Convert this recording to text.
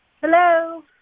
Hello